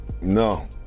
no